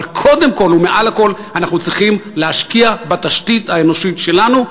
אבל קודם כול ומעל הכול אנחנו צריכים להשקיע בתשתית האנושית שלנו,